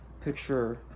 Picture